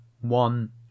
one